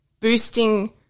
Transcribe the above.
boosting